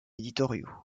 éditoriaux